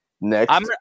Next